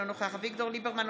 אינו נוכח אביגדור ליברמן,